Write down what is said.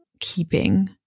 keeping